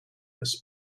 this